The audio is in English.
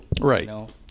Right